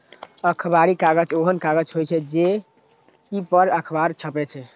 अखबारी कागज ओहन कागज होइ छै, जइ पर अखबार छपै छै